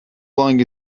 long